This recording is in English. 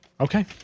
Okay